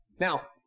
Now